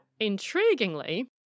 intriguingly